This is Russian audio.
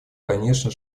конечно